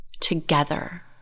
together